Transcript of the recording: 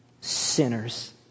sinners